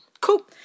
Cool